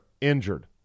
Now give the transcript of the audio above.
injured